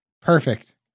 Perfect